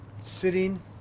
sitting